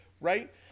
right